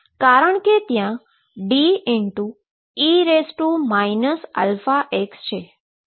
કારણકે ત્યાં De αx છે